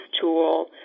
tool